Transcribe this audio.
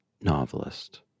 novelist